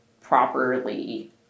properly